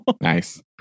Nice